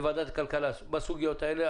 לוועדת כלכלה בסוגיות האלה,